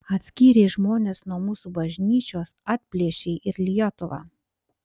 atskyrei žmones nuo mūsų bažnyčios atplėšei ir lietuvą